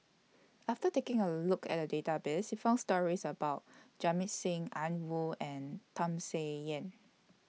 after taking A Look At The Database We found stories about Jamit Singh An Woo and Tham Sien Yen